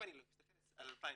אם אני מתייחס ל-2017,